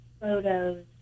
photos